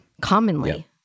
commonly